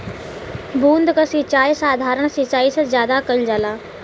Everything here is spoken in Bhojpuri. बूंद क सिचाई साधारण सिचाई से ज्यादा कईल जाला